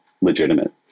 legitimate